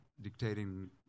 dictating